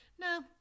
no